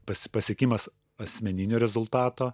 pas pasiekimas asmeninio rezultato